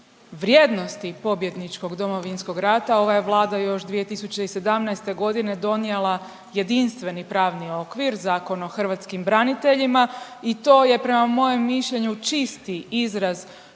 vrijednosti pobjedničkog Domovinskog rata ova je Vlada još 2017.g. donijela jedinstveni pravni okvir, Zakon o hrvatskim braniteljima i to je prema mojem mišljenju čisti izraz